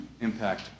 impact